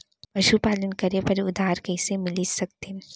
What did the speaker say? पशुपालन करे बर उधार कइसे मिलिस सकथे?